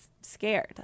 scared